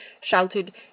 shouted